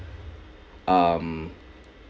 um